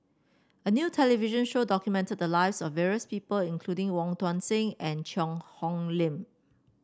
a new television show documented the lives of various people including Wong Tuang Seng and Cheang Hong Lim